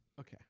Okay